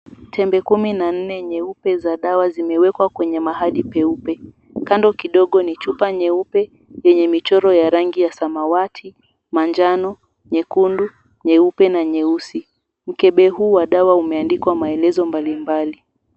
Tembe kumi na nne nyeupe za dawa zimewekwa kwenye mahali peupe. Kando kidogo ni chupa nyeupe yenye michoro ya rangi ya samawati, manjano, nyekundu, nyeupe na nyeusi. Mkebe huu wa dawa umeandikwa maelezo mbalimbali.